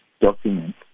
document